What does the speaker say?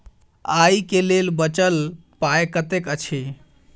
आइ केँ लेल बचल पाय कतेक अछि?